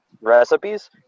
recipes